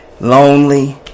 Lonely